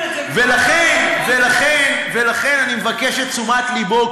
ולכן אני מבקש את תשומת לבו,